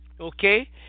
okay